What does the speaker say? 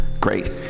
great